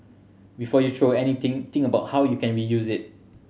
before you throw anything think about how you can reuse it